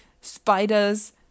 spiders